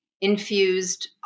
infused